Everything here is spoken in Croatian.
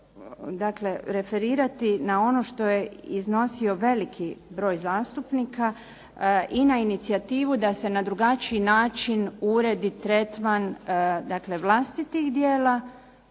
moram referirati na ono što je iznosio veliki broj zastupnika i na inicijativu da se na drugačiji način uredi tretman vlastitih djela,